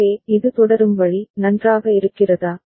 எனவே இது தொடரும் வழி நன்றாக இருக்கிறதா